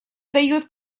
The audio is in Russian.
дает